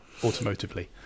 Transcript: automotively